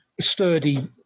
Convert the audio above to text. sturdy